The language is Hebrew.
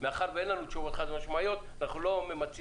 מאחר שאין לנו תשובות חד משמעיות, אנחנו לא ממצים.